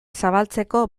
zabaltzeko